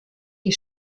die